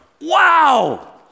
wow